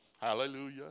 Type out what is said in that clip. Hallelujah